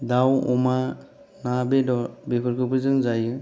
दाउ अमा ना बेदर बेफोरखौबो जों जायो